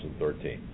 2013